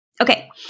Okay